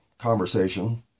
conversation